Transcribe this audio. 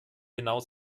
hinaus